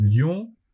Lyon